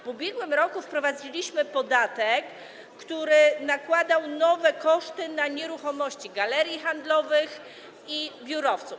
W ubiegłym roku wprowadziliśmy podatek, który nakładał nowe koszty na nieruchomości galerii handlowych i biurowców.